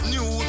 New